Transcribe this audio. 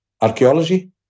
Archaeology